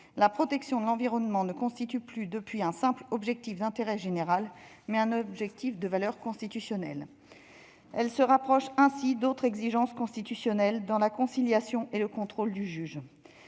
la protection de l'environnement constitue un objectif non plus simplement d'intérêt général, mais de valeur constitutionnelle. Elle se rapproche ainsi d'autres exigences constitutionnelles dans la conciliation et le contrôle du juge.